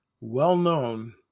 well-known